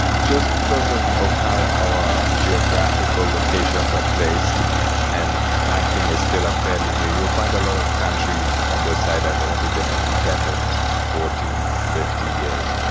just because of of how our geographical locations are placed and banking is still fairly new you'll find a lot of countries on the side have only been independent forty, fifty years.